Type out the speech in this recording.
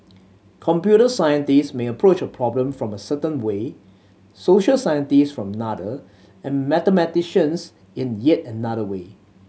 computer scientist may approach problem from a certain way social scientists from another and mathematicians in yet another way